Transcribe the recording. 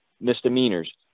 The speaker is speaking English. misdemeanors